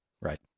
Right